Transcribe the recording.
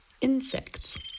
insects